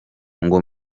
ngo